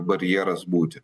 barjeras būti